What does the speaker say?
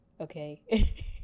Okay